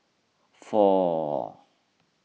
four